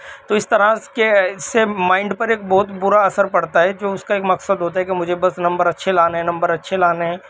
تو اس طرح کے سے مائنڈ پر ایک بہت برا اثر پڑتا ہے جو اس کا ایک مقصد ہوتا ہے کہ مجھے بس نمبر اچھے لانے ہیں نمبر اچھے لانے ہیں